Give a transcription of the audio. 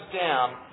down